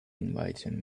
inviting